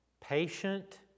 Patient